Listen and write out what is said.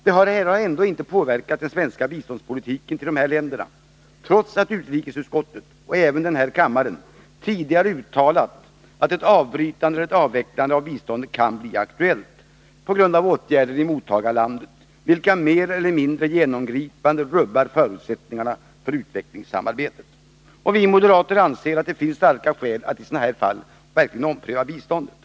Detta har ändå inte påverkat den svenska biståndspolitiken i fråga om dessa länder, trots att utrikesutskottet — och även denna kammare — tidigare uttalat att ett avbrytande eller ett avvecklande av biståndet kan bli aktuellt på grund av åtgärder i mottagarlandet, vilka mer eller mindre genomgripande rubbar förutsättningarna för utvecklingssamarbetet. Vi moderater anser att det finns starka skäl att i sådana här fall verkligen ompröva biståndet.